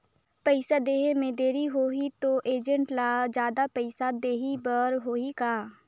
पइसा देहे मे देरी होही तो एजेंट ला जादा पइसा देही बर होही का?